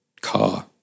car